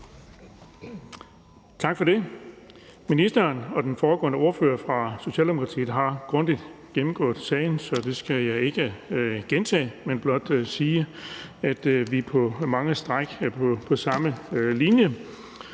Tak for det. Ministeren og den foregående ordfører fra Socialdemokratiet har grundigt gennemgået sagen, så det skal jeg ikke gentage, men blot sige, at vi på mange stræk er på samme linje.